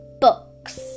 books